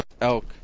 Elk